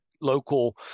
local